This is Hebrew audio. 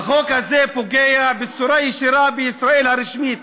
החוק הזה פוגע ישירות, חזן, תודה.